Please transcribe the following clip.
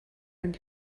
and